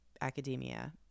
academia